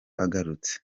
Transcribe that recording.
agarutse